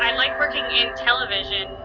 um like working in television,